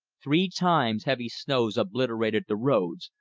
three times heavy snows obliterated the roads,